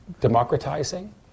democratizing